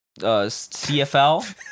cfl